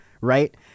Right